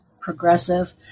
progressive